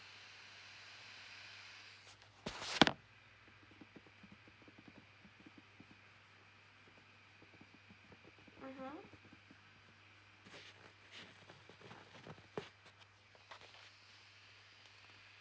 mmhmm